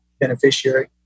beneficiary